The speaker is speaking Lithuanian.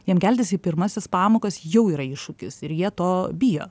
jiem keltis į pirmąsias pamokas jau yra iššūkis ir jie to bijo